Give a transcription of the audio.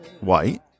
white